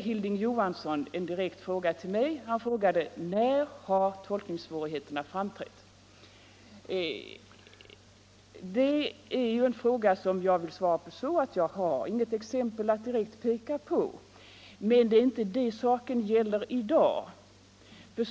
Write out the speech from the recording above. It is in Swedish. Hilding Johansson ställde en direkt fråga till mig: När har tolkningssvårigheterna framträtt? Jag vill svara att jag inte har något exempel att direkt peka på. Men det är inte det saken gäller i dag.